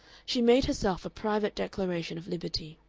she made herself a private declaration of liberty.